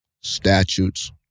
statutes